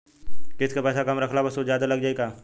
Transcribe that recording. किश्त के पैसा कम रखला पर सूद जादे लाग जायी का?